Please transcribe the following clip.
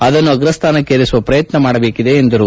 ಅದನ್ನು ಆಗ್ರ ಸ್ವಾನಕ್ಷೇರಿಸುವ ಪ್ರಯತ್ನ ಮಾಡಬೇಕದೆ ಎಂದರು